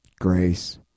grace